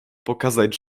pokazać